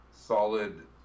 solid